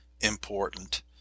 important